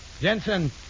Jensen